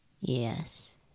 Yes